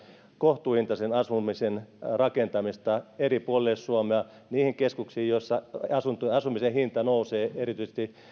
kohtuuhintaisen asumisen rakentamista eri puolille suomea niihin keskuksiin joissa asumisen hinta nousee erityisesti